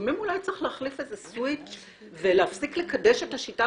לפעמים אולי יש להפסיק לקדש את השיטה